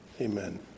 Amen